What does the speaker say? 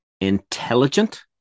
intelligent